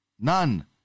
none